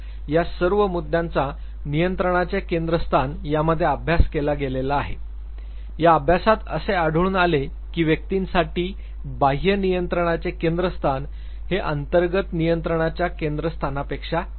या सर्व मुद्द्यांचा नियंत्रणाचे केंद्रस्थान यामध्ये अभ्यास केला गेलेला आहे या अभ्यासात असे आढळून आले की व्यक्तींसाठी बाह्य नियंत्रणाचे केंद्रस्थान हे अंतर्गत नियंत्रणाच्या केंद्रस्थाणापेक्षा चांगले असते